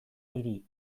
hiri